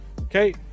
okay